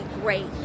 great